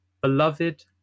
Beloved